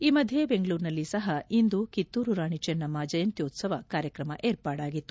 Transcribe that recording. ಈ ಮಧ್ಯೆ ಬೆಂಗಳೂರಿನಲ್ಲಿ ಸಹ ಇಂದು ಕಿತ್ತೂರು ರಾಣಿ ಚೆನ್ನಮ್ಮ ಜಯಂತ್ಯೋತ್ಸವ ಕಾರ್ಯಕ್ರಮ ಏರ್ಪಾಡಾಗಿತ್ತು